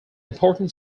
important